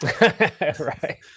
Right